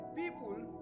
people